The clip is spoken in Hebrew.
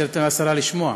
תן לשרה לשמוע.